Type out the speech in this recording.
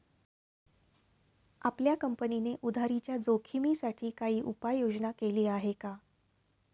आपल्या कंपनीने उधारीच्या जोखिमीसाठी काही उपाययोजना केली आहे का?